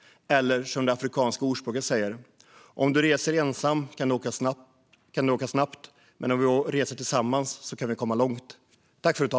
Som det afrikanska ordspråket säger: Om du reser ensam kan du åka snabbt men om vi reser tillsammans så kan vi komma långt.